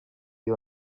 you